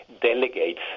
delegates